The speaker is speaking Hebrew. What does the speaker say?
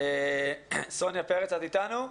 סוניה פרץ, את איתנו?